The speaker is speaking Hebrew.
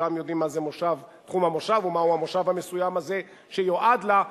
כולם יודעים מה זה תחום המושב ומהו המושב המסוים הזה שיועד לה,